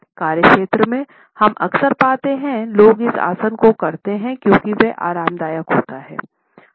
कार्य स्थल में हम अक्सर पाते हैं लोग इस आसन को करते हैं क्योंकि यह आरामदायक होता है